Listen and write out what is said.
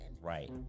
Right